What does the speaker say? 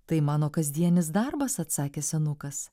tai mano kasdienis darbas atsakė senukas